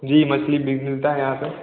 जी मछली भी मिलती है यहाँ पर